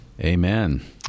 Amen